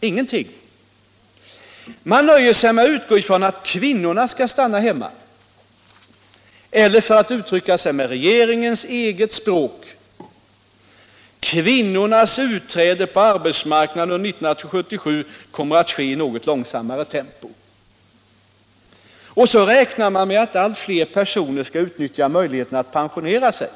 Ingenting. Man nöjer sig med att utgå ifrån att kvinnorna skall stanna hemma = eller, för att uttrycka sig med regeringens eget språk: ”Kvinnornas utträde på arbetsmarknaden under 1977 kommer att ske i något långsammare tempo.” Och så räknar man med att allt fler personer skall utnyttja möjligheten att pensionera sig.